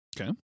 Okay